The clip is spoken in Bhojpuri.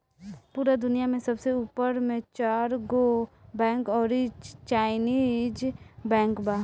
पूरा दुनिया में सबसे ऊपर मे चरगो बैंक अउरी चाइनीस बैंक बा